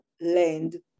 land